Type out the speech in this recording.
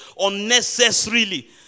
unnecessarily